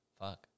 Fuck